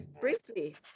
Briefly